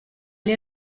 gli